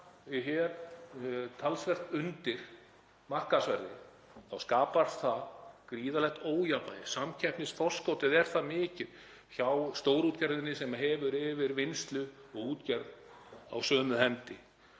sem er talsvert undir markaðsverði skapar það gríðarlegt ójafnvægi. Samkeppnisforskotið er það mikið hjá stórútgerðinni sem hefur vinnslu og útgerð á sömu hendi.